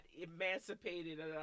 emancipated